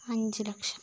അഞ്ച് ലക്ഷം